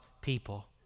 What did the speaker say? people